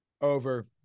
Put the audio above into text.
Over